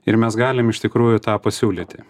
ir mes galim iš tikrųjų tą pasiūlyti